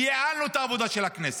וייעלנו את העבודה של הכנסת.